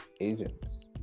agents